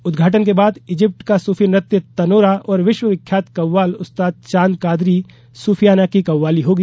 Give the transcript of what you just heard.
उद्घाटन के बाद इजिप्ट का सूफी नृत्य तनोरा और विश्व विख्यात कव्वाल उस्ताद चांद कादरी सूफियाना की कव्वाली होगी